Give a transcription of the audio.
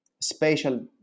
spatial